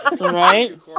Right